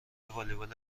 والیبال